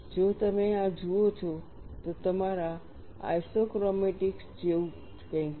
જો તમે આ જુઓ છો તો તમારા આઇસોક્રોમેટિક્સ જેવું જ કંઈક છે